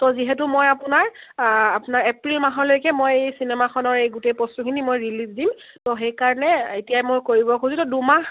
ত' যিহেতু মই আপোনাৰ আপোনাৰ এপ্ৰিল মাহলৈকে মই এই চিনেমাখনৰ এই গোটেই বস্তুখিনি মই ৰিলিজ দিম ত' সেইকাৰণে এতিয়াই মই কৰিব খুজো দুমাহ